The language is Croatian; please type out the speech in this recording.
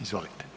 Izvolite.